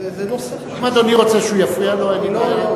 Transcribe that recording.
אם אדוני רוצה שהוא יפריע לו, אין לי בעיה.